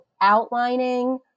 outlining